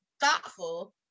thoughtful